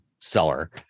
seller